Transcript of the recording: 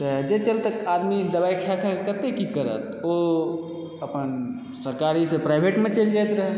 तऽ जे चलते आदमी दबाइ खाए खायके कतए की करत ओ अपन सरकारीसँ प्राइवेटमे चलि जाइत रहय